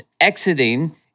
exiting